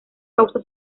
causa